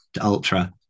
ultra